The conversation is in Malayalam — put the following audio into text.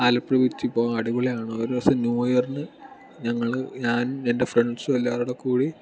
ആലപ്പുഴ ബീച്ചിൽ പോകാൻ അടിപൊളിയാണ് ഒരു ദിവസം ന്യൂ ഇയറിന് ഞങ്ങൾ ഞാൻ എൻ്റെ ഫ്രണ്ട്സ് എല്ലാവരും കൂടെ കൂടി